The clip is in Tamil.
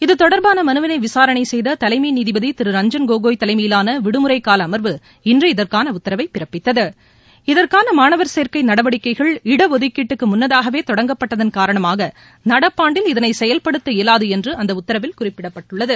இது தொடர்பான மனுவினை விசாரணை செய்த தலைமை நீதிபதி திரு ரஞ்ஜன் கோகோய் தலைமையிலான விடுமுறைக்கால அமர்வு இன்று இதற்கான உத்தரவை பிறப்பித்தது இதற்கான மாணவர் சேர்க்கை நடவடிக்கைகள் இடஒதுக்கீட்டுக்கு முன்னதாகவே தொடங்கப்பட்டதன் காரணமாக நடப்பு ஆண்டில் இதனை செயல்படுத்த இபலாது என்று அந்த உத்தரவில் குறிப்பிடப்பட்டுள்ளது